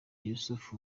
yussuf